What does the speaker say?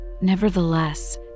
Nevertheless